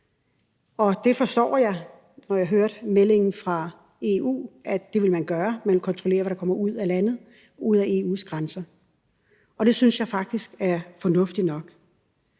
og det forstår jeg – jeg hørte meldingen fra EU – at man vil gøre, altså man vil kontrollere, hvad der kommer ud af landet, ud over EU's grænser. Det synes jeg faktisk er fornuftigt nok.